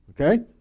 Okay